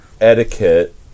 etiquette